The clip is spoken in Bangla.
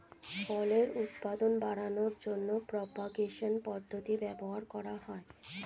ফলের উৎপাদন বাড়ানোর জন্য প্রোপাগেশন পদ্ধতি ব্যবহার করা হয়